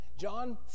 John